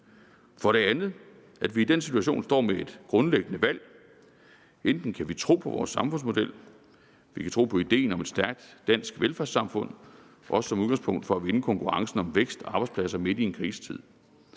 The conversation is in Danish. For det andet, at vi i den situation står med et grundlæggende valg: Enten kan vi tro på vores samfundsmodel, altså på ideen om et stærkt dansk velfærdssamfund – også som udgangspunkt for at vinde konkurrencen om vækst og arbejdspladser midt i en krisetid;